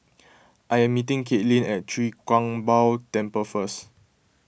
I am meeting Kaitlyn at Chwee Kang Beo Temple first